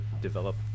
develop